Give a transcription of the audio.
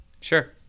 sure